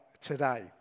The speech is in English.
today